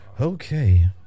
Okay